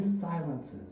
silences